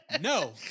No